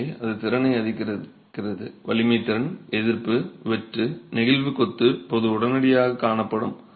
எனவே அது திறனை அதிகரிக்கிறது வலிமை திறன் எதிர்ப்பு வெட்டு நெகிழ்வு கொத்து போது உடனடியாக காணப்படும்